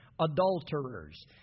adulterers